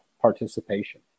participation